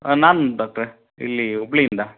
ನಾನು ಡಾಕ್ಟ್ರೆ ಇಲ್ಲಿ ಹುಬ್ಬಳ್ಳಿಯಿಂದ